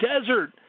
Desert